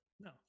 no